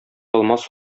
алмас